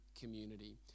community